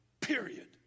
period